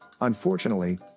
Unfortunately